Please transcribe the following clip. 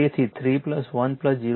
તેથી 3 1 0